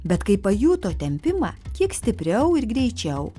bet kai pajuto tempimą kiek stipriau ir greičiau